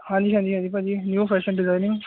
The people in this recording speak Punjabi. ਹਾਂਜੀ ਹਾਂਜੀ ਹਾਂਜੀ ਭਾਅ ਜੀ ਨਿਊ ਫੈਸ਼ਨ ਡਿਜ਼ਾਇਨਿੰਗ